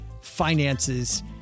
finances